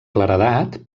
claredat